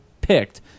picked